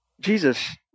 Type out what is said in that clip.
Jesus